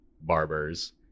barbers